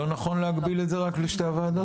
לא נכון להגביל את זה לשתי הועדות?